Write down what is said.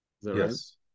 Yes